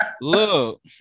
look